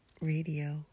Radio